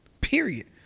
period